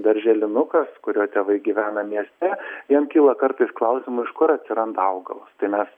darželinukas kurio tėvai gyvena mieste jam kyla kartais klausimų iš kur atsiranda augalas tai mes